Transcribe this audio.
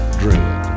dread